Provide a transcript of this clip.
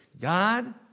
God